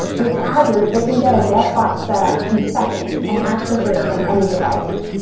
with azure, they can get a dev box set up in seconds and access it from any device.